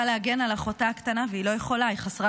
להגן על אחותה הקטנה והיא לא יכולה,